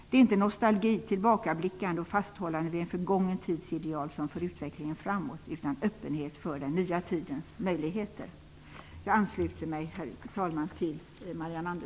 Det är inte nostalgi, tillbakablickande och fasthållande vid en förgången tids ideal som för utvecklingen framåt utan öppenhet för den nya tidens möjligheter. Herr talman! Jag ansluter mig till Marianne